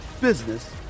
business